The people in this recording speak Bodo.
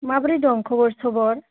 माब्रै दं खबर सबर